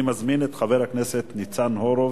אני מזמין את חבר הכנסת ניצן הורוביץ.